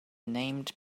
named